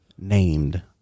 named